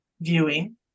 viewing